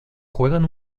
juegan